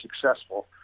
successful